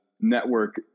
network